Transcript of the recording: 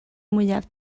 mwyaf